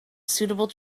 suitable